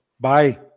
Bye